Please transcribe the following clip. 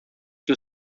que